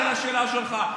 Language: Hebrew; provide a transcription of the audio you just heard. לאן אביגדור נוסע כשהוא נעלם?